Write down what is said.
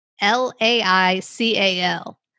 L-A-I-C-A-L